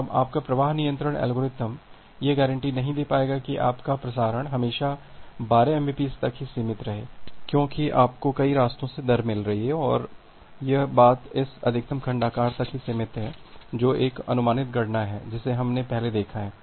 अब आपका प्रवाह नियंत्रण एल्गोरिथ्म यह गारंटी नहीं दे पाएगा कि आपका प्रसारण हमेशा 12 एमबीपीएस तक ही सीमित रहे क्योंकि आपको कई रास्तों से दर मिल रही है और यह बात इस अधिकतम खंड आकार तक ही सीमित है जो एक अनुमानित गणना है जिसे हमने पहले देखा है